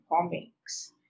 comics